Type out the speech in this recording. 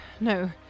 No